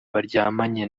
baryamanye